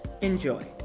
Enjoy